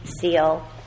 SEAL